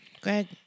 Greg